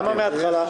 למה מהתחלה?